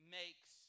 makes